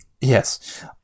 yes